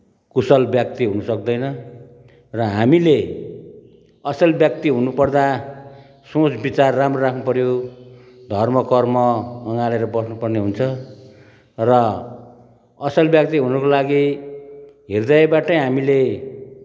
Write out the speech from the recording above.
कुशल व्यक्ति हुन सक्दैन र हामीले असल व्यक्ति हुनुपर्दा सोच विचार राम्रो राख्नुपर्यो धर्म कर्म अँगालेर बस्नुपर्ने हुन्छ र असल व्यक्ति हुनको लागि हृदयबाटै हामीले